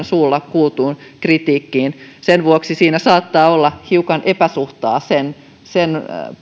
suulla kuultuun kritiikkiin sen vuoksi siinä saattaa olla hiukan epäsuhtaa sen sen